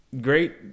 great